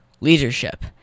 leadership